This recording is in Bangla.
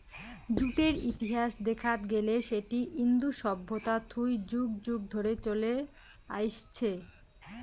জুটের ইতিহাস দেখাত গেলে সেটি ইন্দু সভ্যতা থুই যুগ যুগ ধরে চলে আইসছে